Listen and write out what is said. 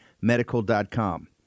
medical.com